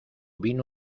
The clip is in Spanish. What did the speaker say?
vino